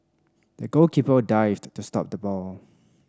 the goalkeeper dived to stop the ball